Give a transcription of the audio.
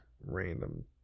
Random